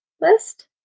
list